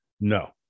No